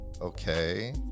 okay